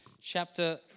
chapter